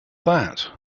that